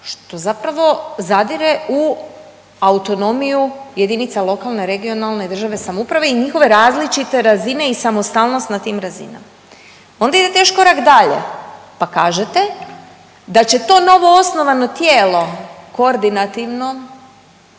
što zapravo zadire u autonomiju jedinica lokalne, regionalne i državne samouprave i njihove različite razine i samostalnost na tim razinama. Onda idete još korak dalje, pa kažete da će to novo osnovano tijelo koordinativno